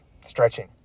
stretching